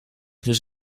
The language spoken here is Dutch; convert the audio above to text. dus